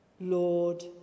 Lord